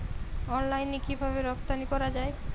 অনলাইনে কিভাবে রপ্তানি করা যায়?